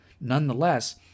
Nonetheless